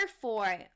four